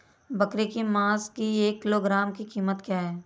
बकरे के मांस की एक किलोग्राम की कीमत क्या है?